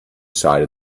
side